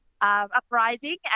uprising